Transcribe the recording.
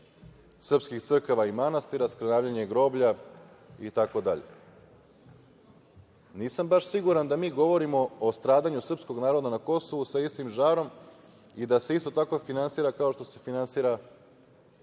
srpskih crkava i manastira, skrnavljenje groblja, itd. Nisam baš siguran da mi govorimo o stradanju srpskog naroda na Kosovu sa istim žarom i da se isto tako finansira, kao što se finansira